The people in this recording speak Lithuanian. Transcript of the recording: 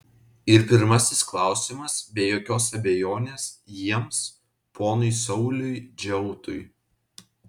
ir pirmasis klausimas be jokios abejonės jiems ponui sauliui džiautui